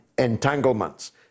entanglements